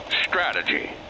strategy